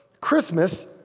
Christmas